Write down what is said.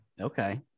Okay